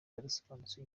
adasobanutse